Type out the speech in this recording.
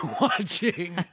watching